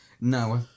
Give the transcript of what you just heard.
No